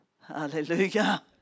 Hallelujah